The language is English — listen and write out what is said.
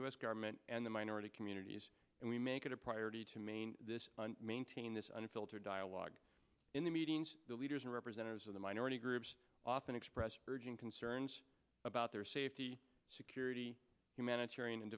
s government and the minority communities and we make it a priority to maine this maintain this unfiltered dialogue in the meetings the leaders and representatives of the minority groups often expressed urgent concerns about their safety security humanitarian and